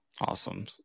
awesome